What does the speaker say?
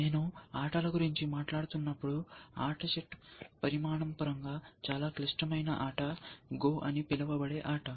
నేను ఆటల గురించి మాట్లాడుతున్నప్పుడు ఆట చెట్టు పరిమాణం పరంగా చాలా క్లిష్టమైన ఆట గో అని పిలువబడే ఆట